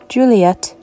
Juliet